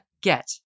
get